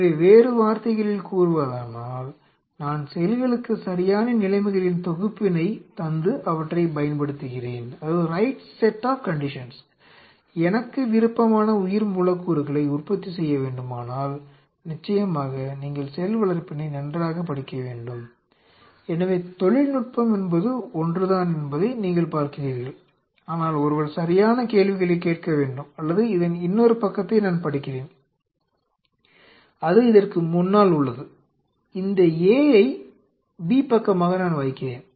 எனவே வேறு வார்த்தைகளில் கூறுவதானால் நான் செல்களுக்கு சரியான நிலைமைகளின் தொகுப்பினைத் தந்து அவற்றைப் பயன்படுத்துகிறேன் எனக்கு விருப்பமான உயிர்மூலக்கூறுகளை உற்பத்தி செய்ய வேண்டுமானால் நிச்சயமாக நீங்கள் செல் வளர்ப்பினை நன்றாக படிக்க வேண்டும் எனவே தொழில்நுட்பம் என்பது ஒன்றுதான் என்பதை நீங்கள் பார்க்கிறீர்கள் ஆனால் ஒருவர் சரியான கேள்விகளைக் கேட்க வேண்டும் அல்லது இதன் இன்னொரு பக்கத்தை நான் படிக்கிறேன் அது இதற்கு முன்னால் உள்ளது இந்த A ஐ B பக்கமாக நான் வைக்கிறேன்